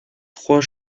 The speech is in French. trois